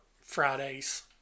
Fridays